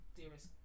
dearest